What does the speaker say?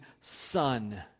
son